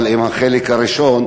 אבל עם החלק הראשון,